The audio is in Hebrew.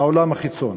לעולם החיצון.